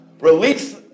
release